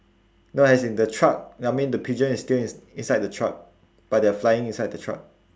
no as in the truck I mean the pigeon is still ins~ inside the truck but they are flying inside the truck